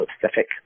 Pacific